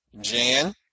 Jan